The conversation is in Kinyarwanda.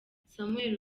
samuel